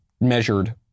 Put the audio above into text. measured